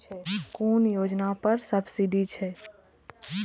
कुन योजना पर सब्सिडी छै?